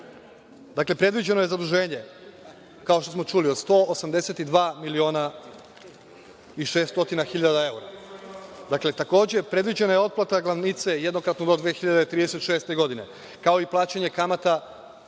doneti. Dakle, predviđeno je zaduženje, kao što smo čuli, od 182 miliona i 600 hiljada evra. Dakle, takođe je predviđena otplata glavnice, jednokratne, do 2036. godine, kao i plaćanje kamata